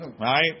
Right